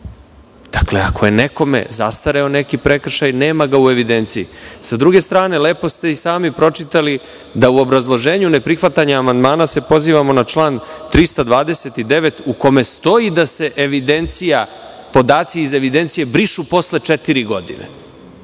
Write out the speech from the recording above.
Dakle, ako je nekome zastareo neki prekršaj, nema ga u evidenciji. Sa druge strane, lepo ste i sami pročitali da se u obrazloženju za neprihvatanja amandmana pozivamo na član 329, u kome stoji da se podaci iz evidencije brišu posle četiri godine.